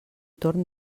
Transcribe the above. torn